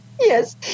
Yes